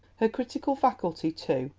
her critical faculty, too,